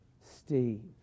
Steve